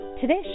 Today's